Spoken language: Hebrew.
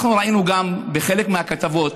גם ראינו בחלק מהכתבות